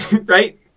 Right